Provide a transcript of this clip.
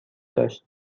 داشت